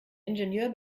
ingenieur